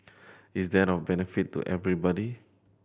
is that of benefit to everybody